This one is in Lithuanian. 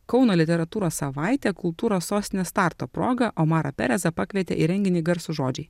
kauno literatūros savaitė kultūros sostinės starto proga omarą perezą pakvietė į renginį garsūs žodžiai